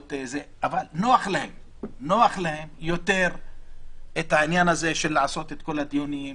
אבל נוח להם יותר העניין הזה של לעשות את כל הדיונים,